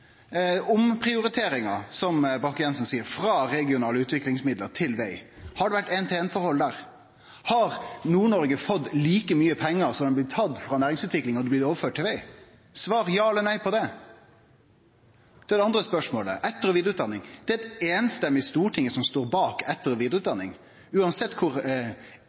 som Bakke-Jensen nemner, frå regionale utviklingsmidlar til veg: Har det vore eit éin-til-éin-forhold der? Har Nord-Noreg fått like mykje pengar som det som er blitt tatt frå næringsutvikling når det er blitt overført til veg? Svar ja aller nei på det. Det andre spørsmålet gjeld etter- og vidareutdanning: Det er eit einstemmig storting som står bak etter- og vidareutdanningsreforma. Uansett kor